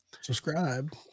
Subscribe